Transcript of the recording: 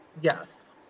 Yes